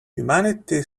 humanity